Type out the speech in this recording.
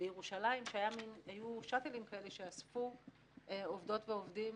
בירושלים היו שאטלים שאספו עובדות ועובדים